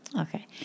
Okay